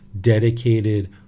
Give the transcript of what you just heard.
dedicated